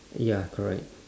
ya correct